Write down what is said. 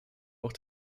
auch